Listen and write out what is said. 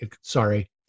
sorry